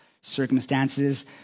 circumstances